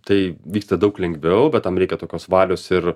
tai vyksta daug lengviau bet tam reikia tokios valios ir